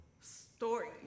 story